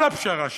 על הפשרה שעשינו,